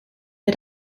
wir